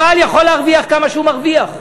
הבעל יכול להרוויח כמה שהוא מרוויח,